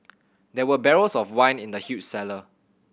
there were barrels of wine in the huge cellar